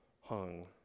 hung